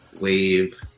wave